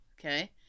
Okay